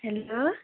hello